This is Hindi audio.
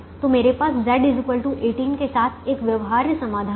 तो मेरे पास z 18 के साथ एक व्यवहार्य समाधान है